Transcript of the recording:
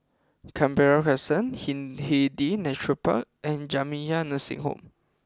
Canberra Crescent Hindhede Nature Park and Jamiyah Nursing Home